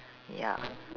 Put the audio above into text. ya